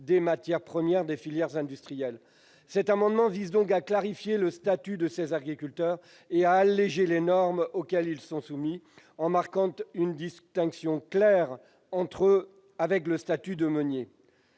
des matières premières des filières industrielles. Cet amendement vise donc à clarifier le statut de ces agriculteurs et à alléger les normes auxquelles ils sont soumis, en marquant une distinction claire avec le statut de meunier.